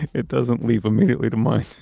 it doesn't leap immediately to mind